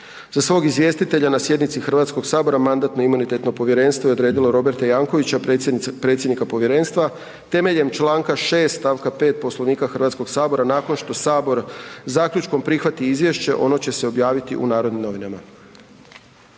Za svog izvjestitelja na sjednici Hrvatskog sabora Mandatno-imunitetno povjerenstvo je odredila Roberta Jankovisca predsjednika povjerenstva temeljem čl. 6. stavka 5. Poslovnika Hrvatskog sabora. Nakon što Sabor zaključkom prihvati izvješće, ono će se objaviti u Narodnim novinama.